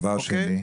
הדבר השני: